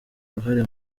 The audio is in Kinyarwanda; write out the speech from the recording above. uruhare